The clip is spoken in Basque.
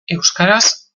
euskaraz